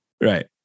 Right